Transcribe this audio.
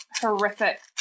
horrific